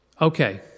Okay